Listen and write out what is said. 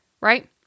right